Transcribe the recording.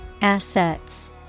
Assets